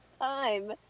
time